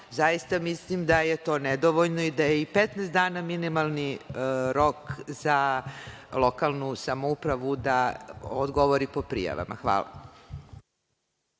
zaista mislim da je to nedovoljno, i da je i 15 dana minimalni rok za lokalnu samoupravu da odgovori po prijavama. Hvala.